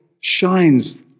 shines